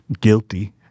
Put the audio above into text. guilty